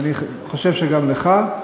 ואני חושב שגם לך,